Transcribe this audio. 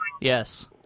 Yes